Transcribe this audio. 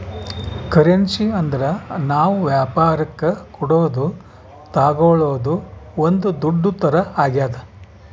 currency ಅಂದ್ರ ನಾವ್ ವ್ಯಾಪರಕ್ ಕೊಡೋದು ತಾಗೊಳೋದು ಒಂದ್ ದುಡ್ಡು ತರ ಆಗ್ಯಾದ